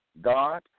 God